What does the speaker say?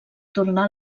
tornar